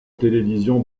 télévision